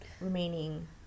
remaining